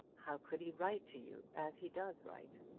how could he write to you as he does write?